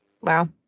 Wow